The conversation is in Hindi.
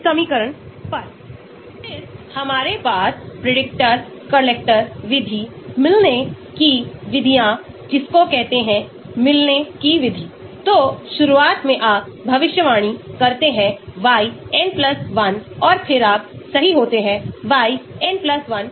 तो जब मैं नए अणुओं को संश्लेषित करता हूं तो मैं स्थानापन्न करने की कोशिश करूंगा ताकि मुझे एक अलग pi मिले जिसका अर्थ है कि विभिन्न हाइड्रोफोबिक हाइड्रोफिलिक मूल्य